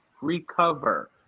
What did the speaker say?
recover